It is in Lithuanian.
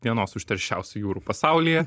vienos užterščiausių jūrų pasaulyje